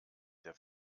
der